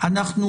חנוכה שמח,